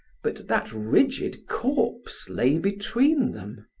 but that rigid corpse lay between them.